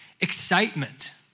excitement